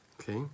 Okay